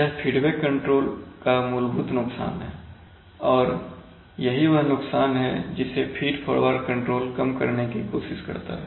यह feedback control का मूलभूत नुकसान है और यही वह नुकसान है जिसे फीड फॉरवर्ड कंट्रोल कम करने की कोशिश करता है